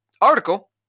article